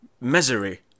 misery